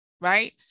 Right